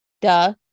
duh